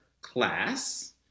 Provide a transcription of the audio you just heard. class